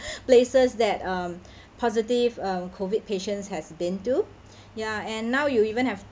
places that um positive um COVID patients has been to ya and now you even have